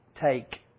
take